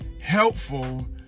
helpful